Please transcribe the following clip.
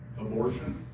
abortion